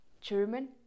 German